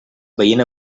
veient